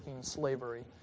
slavery